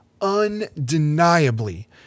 undeniably